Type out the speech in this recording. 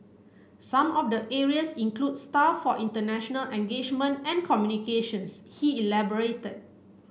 some of the areas include staff for international engagement and communications he elaborated